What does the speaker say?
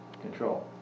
control